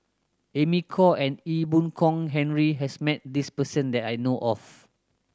Amy Khor and Ee Boon Kong Henry has met this person that I know of